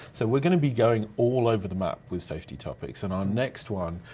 so we're gonna be going all over the map with safety topics and our next one.